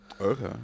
Okay